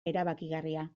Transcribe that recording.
erabakigarria